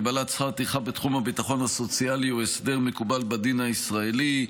הגבלת שכר טרחה בתחום הביטחון הסוציאלי היא הסדר מקובל בדין הישראלי.